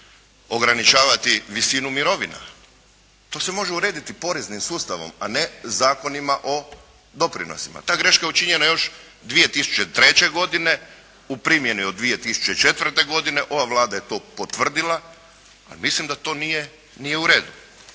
ograničavati visinu mirovina? To se može urediti poreznim sustavom, a ne zakonima o doprinosima. Ta greška je učinjena još 2003. godine u primjeni od 2004. godine, ova Vlada je to potvrdila, a mislim da to nije u redu.